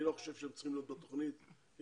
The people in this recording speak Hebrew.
אני לא חושב שהם צריכים להיות בתוכנית כיוון